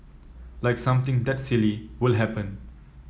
like something that silly will happen